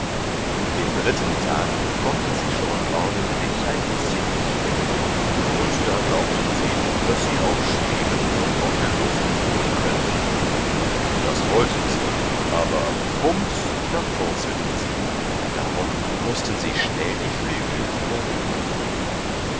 den dritten tag konnten sie schon ordentlich ein bißchen fliegen und da glaubten sie daß sie auch schweben und auf der luft ruhen könnten das wollten sie aber bums da purzelten sie darum mußten sie schnell die flügel wieder rühren